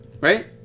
Right